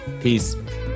Peace